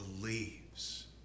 believes